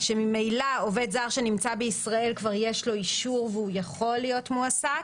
שממילא עובד זר שנמצא בישראל כבר יש לו אישור והוא יכול להיות מועסק.